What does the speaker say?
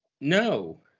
No